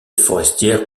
forestière